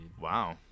Wow